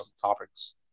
topics